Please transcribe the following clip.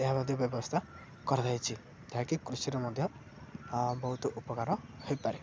ଏହା ମଧ୍ୟ ବ୍ୟବସ୍ଥା କରାଯାଇଛି ଯାହାକି କୃଷିରେ ମଧ୍ୟ ବହୁତ ଉପକାର ହୋଇଇପାରେ